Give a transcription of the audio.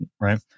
right